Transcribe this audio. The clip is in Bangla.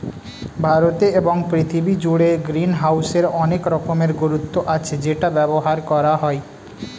ভারতে এবং পৃথিবী জুড়ে গ্রিনহাউসের অনেক রকমের গুরুত্ব আছে যেটা ব্যবহার করা হয়